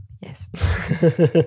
Yes